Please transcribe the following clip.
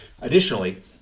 Additionally